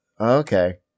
Okay